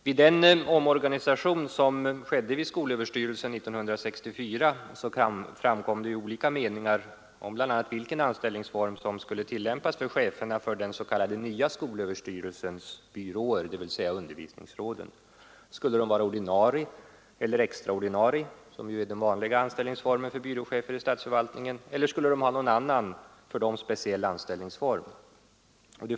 Vid den omorganisation som skedde vid skolöverstyrelsen 1964 framkom olika meningar om bl.a. vilken anställningsform som skulle tillämpas för cheferna för den s.k. nya skolöverstyrelsens byråer, dvs. undervisningsråden. Skulle de vara ordinarie eller extra ordinarie, som är de vanliga anställningsformerna för byråchefer i statsförvaltningen, eller skulle de ha någon för dem speciell anställningsform?